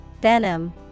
Venom